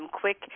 quick